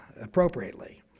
appropriately